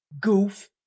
goof